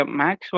max